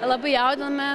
labai jaudinome